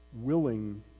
willing